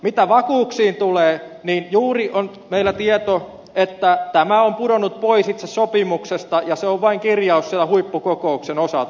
mitä vakuuksiin tulee niin juuri on meillä tieto että tämä on pudonnut pois itse sopimuksesta ja se on vain kirjaus siellä huippukokouksen osalta